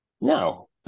No